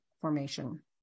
formation